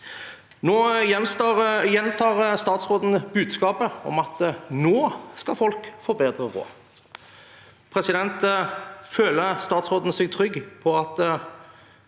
Nå gjentar statsråden budskapet om at nå skal folk få bedre råd. Føler statsråden seg trygg på at